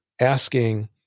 asking